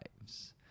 lives